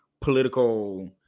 political